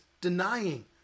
denying